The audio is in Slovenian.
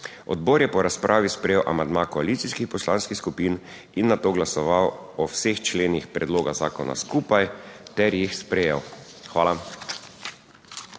Odbor je po razpravi sprejel amandma koalicijskih poslanskih skupin in nato glasoval o vseh členih predloga zakona skupaj ter jih sprejel. Hvala.